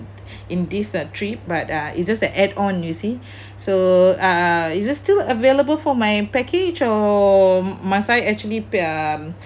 in this uh trip but uh it's just that add on you see so uh is it still available for my package or my side actually